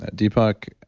ah deepak,